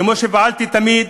כמו שפעלתי תמיד,